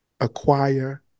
acquire